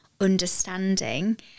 understanding